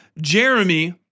Jeremy